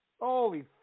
Holy